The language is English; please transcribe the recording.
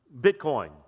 Bitcoin